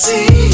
See